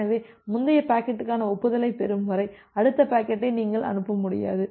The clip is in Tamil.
எனவே முந்தைய பாக்கெட்டுக்கான ஒப்புதலைப் பெறும் வரை அடுத்த பாக்கெட்டை நீங்கள் அனுப்ப முடியாது